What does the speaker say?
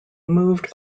moved